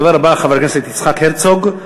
הדובר הבא, חבר הכנסת יצחק הרצוג.